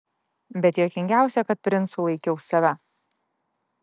bet juokingiausia kad princu laikiau save